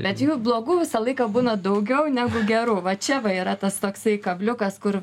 bet jų blogų visą laiką būna daugiau negu gerų va čia va yra tas toksai kabliukas kur